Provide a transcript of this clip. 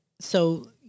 so-